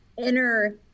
inner